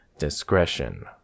discretion